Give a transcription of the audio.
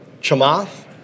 Chamath